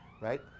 right